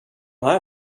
här